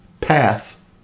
path